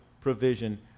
provision